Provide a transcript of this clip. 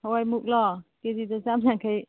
ꯍꯋꯥꯏ ꯃꯨꯛꯂꯣ ꯀꯦ ꯖꯤꯗ ꯆꯥꯝꯌꯥꯡꯈꯩ